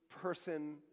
person